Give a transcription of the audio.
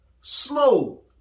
slow